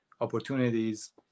opportunities